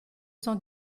cent